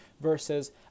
versus